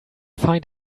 find